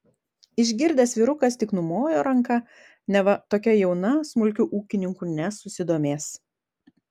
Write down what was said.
išgirdęs vyrukas tik numojo ranka neva tokia jauna smulkiu ūkininku nesusidomės